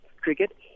Cricket